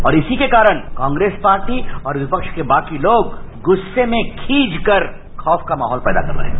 और इसी के कारण कांग्रेस पार्टी और विपक्ष के बाकी लोग गुस्से में खीझ कर खौफ का माहौल पैदा कर रहे हैं